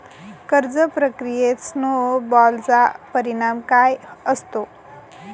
कर्ज प्रक्रियेत स्नो बॉलचा परिणाम काय असतो?